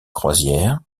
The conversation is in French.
croisières